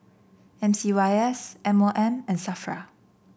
M C Y S M O M and Safra